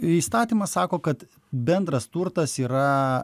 įstatymas sako kad bendras turtas yra